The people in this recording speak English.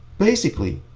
basically,